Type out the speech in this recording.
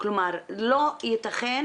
לא ייתכן